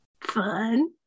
Fun